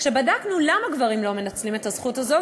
כשבדקנו למה גברים לא מנצלים את הזכות הזו,